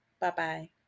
Bye-bye